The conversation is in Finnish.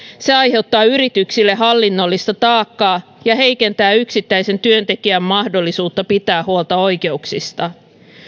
se aiheuttaa yrityksille hallinnollista taakkaa ja heikentää yksittäisen työntekijän mahdollisuutta pitää huolta oikeuksistaan